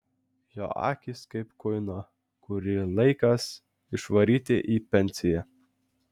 jo akys kaip kuino kurį laikas išvaryti į pensiją